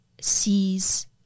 sees